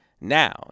now